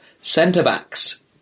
centre-backs